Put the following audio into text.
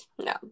no